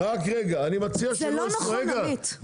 זה לא נכון עמית.